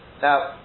Now